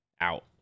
out